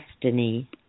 destiny